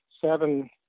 seven